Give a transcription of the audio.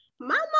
mama